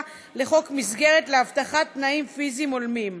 לחוק מסגרת להבטחת תנאים פיזיים הולמים.